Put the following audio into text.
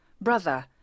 Brother